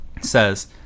says